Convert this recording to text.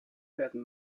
werden